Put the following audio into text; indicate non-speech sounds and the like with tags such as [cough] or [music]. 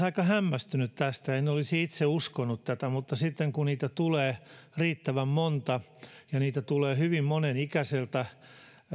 [unintelligible] aika hämmästynyt tästä en olisi itse uskonut tätä mutta sitten kun niitä tulee riittävän monta ja niitä tulee hyvin monen ikäiseltä